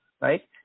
right